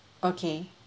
okay